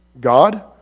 God